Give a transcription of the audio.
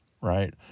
right